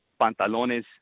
pantalones